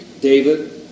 David